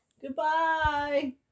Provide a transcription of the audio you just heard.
Goodbye